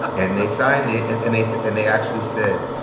and they signed it. and and they said and they actually said,